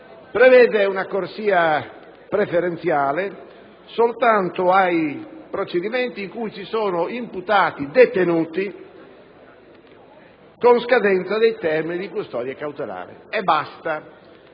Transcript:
prevede una corsia preferenziale soltanto per i procedimenti in cui vi sono imputati detenuti con scadenza del termine di custodia cautelare. Quindi,